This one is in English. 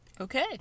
Okay